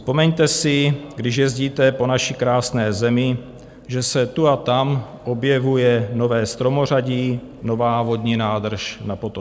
Vzpomeňte si, když jezdíte po naší krásné zemi, že se tu a tam objevuje nové stromořadí, nová vodní nádrž na potoce.